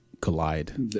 collide